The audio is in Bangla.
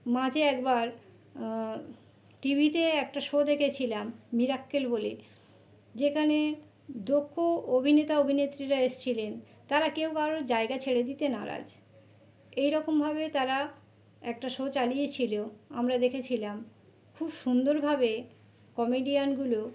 মাঝে একবার টিভিতে একটা শো দেখেছিলাম মিরাক্কেল বলে যেকানে দক্ষ অভিনেতা অভিনেত্রীরা এসেছিলেন তারা কেউ কারোর জায়গা ছেড়ে দিতে নারাজ এই রকমভাবে তারা একটা শো চালিয়ে ছিলো আমরা দেখেছিলাম খুব সুন্দরভাবে কমেডিয়ানগুলো